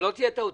שלא תהיה טעות.